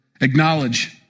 Acknowledge